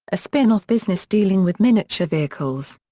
a spin-off business dealing with miniature vehicles.